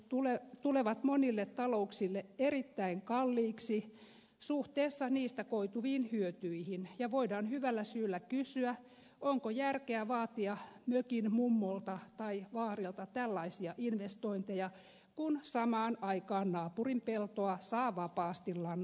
jätevedenpuhdistuslaitteet tulevat monille talouksille erittäin kalliiksi suhteessa niistä koituviin hyötyihin ja voidaan hyvällä syyllä kysyä onko järkeä vaatia mökin mummolta tai vaarilta tällaisia investointeja kun samaan aikaan naapurin peltoa saa vapaasti lannoittaa